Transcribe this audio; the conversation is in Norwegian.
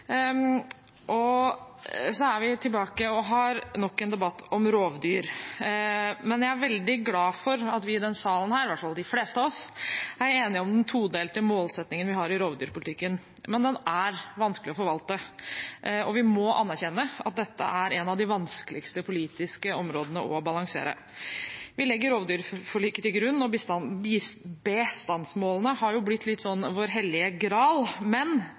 er vi tilbake og har nok en debatt om rovdyr. Jeg er veldig glad for at i hvert fall de fleste av oss i denne salen er enige om den todelte målsettingen vi har i rovdyrpolitikken, men den er vanskelig å forvalte, og vi må anerkjenne at dette er et av de vanskeligste politiske områdene å balansere. Vi legger rovdyrforliket til grunn, og bestandsmålene har blitt litt vår hellige gral,